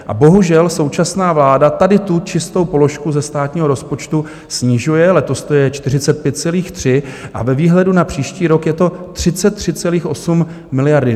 A bohužel, současná vláda tu čistou položku ze státního rozpočtu snižuje, letos to je 45,3 a ve výhledu na příští rok je to 33,8 miliardy.